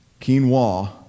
quinoa